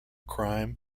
crime